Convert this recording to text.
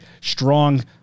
strong